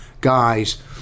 guys